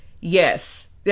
yes